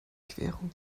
querung